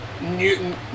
Newton